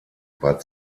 war